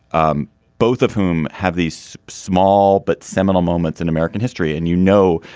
um both of whom have these small but seminal moments in american history. and, you know,